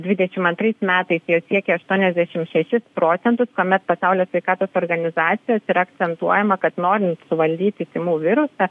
dvidešimt antrais metais jos siekia aštuoniasdešim šešis procentus kuomet pasaulio sveikatos organizacijos yra akcentuojama kad norint suvaldyti tymų virusą